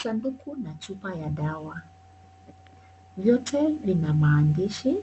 Sanduku na chupa ya dawa vyote vina maandishi